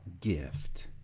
gift